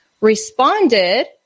responded